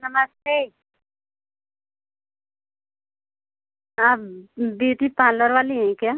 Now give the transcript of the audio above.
नमस्ते आप beauty parlour वाली हैं क्या